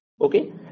Okay